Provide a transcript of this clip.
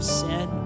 sin